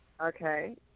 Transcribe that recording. Okay